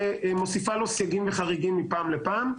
ומוסיפה לו סייגים וחריגים מפעם לפעם.